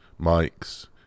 mics